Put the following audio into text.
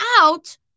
out